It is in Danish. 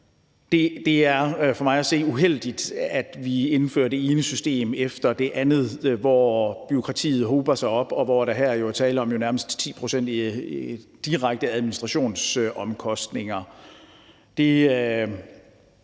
Det er for mig at se uheldigt, at vi indfører det ene system efter det andet, hvor bureaukratiet hober sig op, og der er jo her tale om nærmest 10 pct. i direkte administrationsomkostninger. Det kan